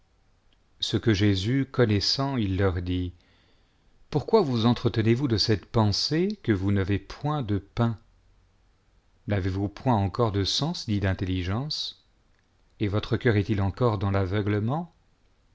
ce que jésus connaissant il leur dit pourquoi vous entre tenez'vous de cette pensée que vous n'avez point de pains f n'avez-vous point encore de sens ni d'intelligence et votre cœur est-il encore dans raveuilement